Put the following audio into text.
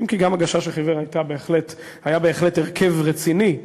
אם כי גם "הגשש החיוור" היה בהחלט הרכב רציני,